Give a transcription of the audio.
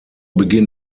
beginn